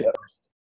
first